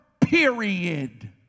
period